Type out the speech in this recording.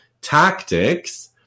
tactics